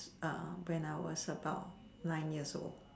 when I was about nine years old